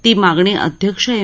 ती मागणी अध्यक्ष एम